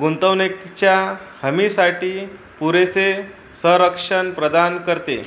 गुणवत्तेच्या हमीसाठी पुरेसे संरक्षण प्रदान करते